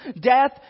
death